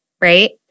right